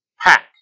pack